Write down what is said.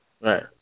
Right